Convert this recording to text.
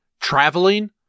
traveling